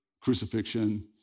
crucifixion